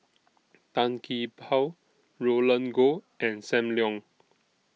Tan Gee Paw Roland Goh and SAM Leong